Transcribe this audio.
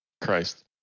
Christ